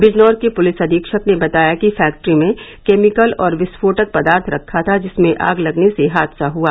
बिजनौर के पुलिस अधीक्षक ने बताया कि फैक्ट्री में केमिकल और विस्फोटक पदार्थ रखा था जिसमें आग लगने से हादसा हुआ